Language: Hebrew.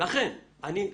לכן אני מבקש,